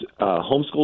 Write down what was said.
homeschool